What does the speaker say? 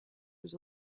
was